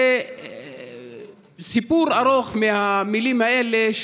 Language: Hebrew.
וסיפור ארוך מהמילים האלה,